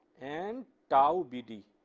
and tau bd